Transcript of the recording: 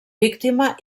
víctima